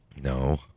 No